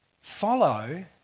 follow